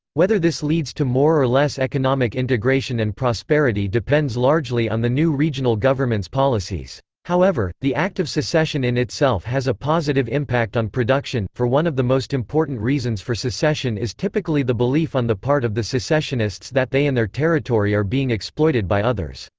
whether this leads to more or less economic integration and prosperity depends largely on the new regional government's policies. however, the act of secession in itself has a positive impact on production, for one of the most important reasons for secession is typically the belief on the part of the secessionists that they and their territory are being exploited by others.